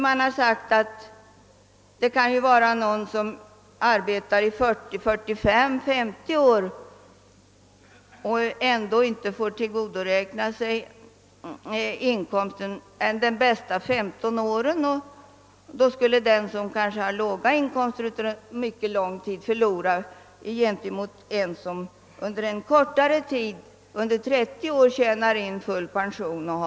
Man framhåller att en person kan arbeta i 40—50 år, men han får bara tillgodoräkna sig inkomsten under de bästa 15 åren. Därigenom kan den som haft låga inkomster under mycket lång tid komma i ett sämre läge än den som under kortare tid än 30 år haft höga inkomster.